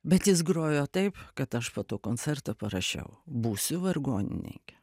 bet jis grojo taip kad aš po to koncerto parašiau būsiu vargonininkė